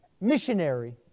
Missionary